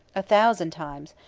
a thousand times,